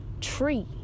tree